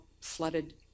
flooded